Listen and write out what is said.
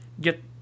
get